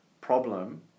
problem